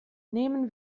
nehmen